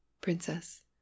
princess